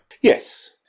Yes